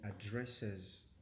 addresses